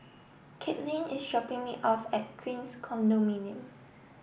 Katlin is hopping me off at Queens Condominium